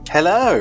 Hello